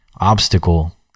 obstacle